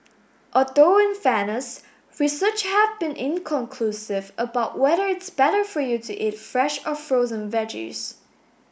although in fairness research has been inconclusive about whether it's better for you to eat fresh or frozen veggies